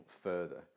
further